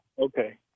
Okay